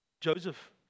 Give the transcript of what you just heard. Joseph